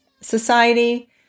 society